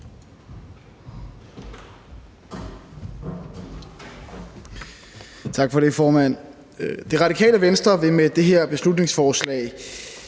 har Radikale Venstre med dette beslutningsforslag